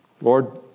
Lord